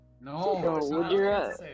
No